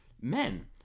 men